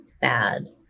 bad